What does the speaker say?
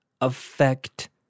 affect